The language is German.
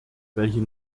welchen